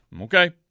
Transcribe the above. Okay